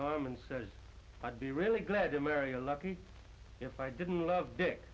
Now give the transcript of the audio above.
arm and said i'd be really glad to marry lucky if i didn't love dick